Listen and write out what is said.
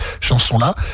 chanson-là